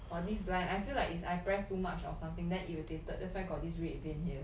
!wah! this line I feel like is I press too much or something then irritated that's why got this red vein here